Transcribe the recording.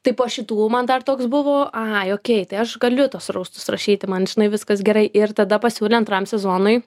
tai po šitų man dar toks buvo aha okei tai aš galiu tuos raustus rašyti man žinai viskas gerai ir tada pasiūlė antram sezonui